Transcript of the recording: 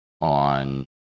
on